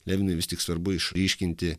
levinui vis tik svarbu išryškinti